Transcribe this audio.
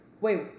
wait